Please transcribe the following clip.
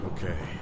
Okay